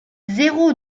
zéro